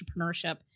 entrepreneurship